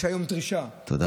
יש היום דרישה, תודה.